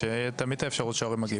שתמיד תהיה אפשרות שההורים מגיעים.